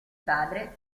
padre